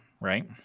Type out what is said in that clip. Right